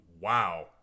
wow